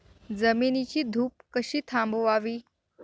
जमिनीची धूप कशी थांबवावी?